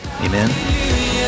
Amen